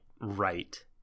right